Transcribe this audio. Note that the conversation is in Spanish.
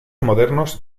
modernos